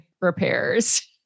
repairs